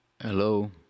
Hello